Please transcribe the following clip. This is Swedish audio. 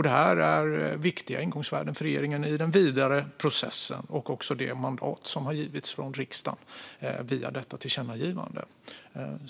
Detta är viktiga ingångsvärden för regeringen i den vidare processen, och det är också det mandat som har getts från riksdagen via ett tillkännagivande.